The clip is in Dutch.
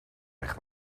weg